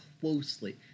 closely